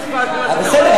בסדר.